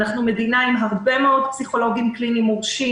אנחנו מדינה עם הרבה מאוד פסיכולוגים קליניים מורשים,